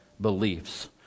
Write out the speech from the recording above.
beliefs